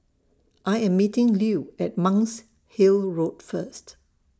I Am meeting Lew At Monk's Hill Road First